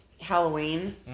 Halloween